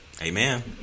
Amen